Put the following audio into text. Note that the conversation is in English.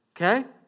okay